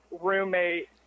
roommate